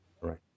Right